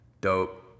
Dope